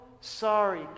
sorry